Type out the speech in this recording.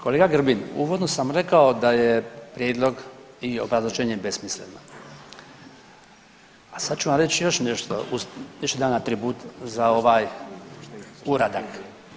Kolega Grbin uvodno sam rekao da je prijedlog i obrazloženje besmisleno, a sad ću vam reći još nešto još jedan atribut za ovaj uradak.